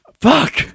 Fuck